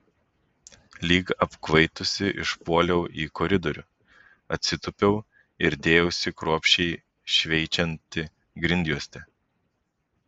lyg apkvaitusi išpuoliau į koridorių atsitūpiau ir dėjausi kruopščiai šveičianti grindjuostę